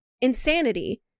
insanity